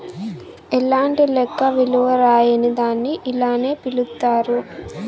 ఎలాంటి లెక్క విలువ రాయని దాన్ని ఇలానే పిలుత్తారు